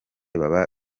baba